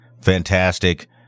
Fantastic